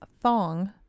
thong